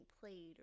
played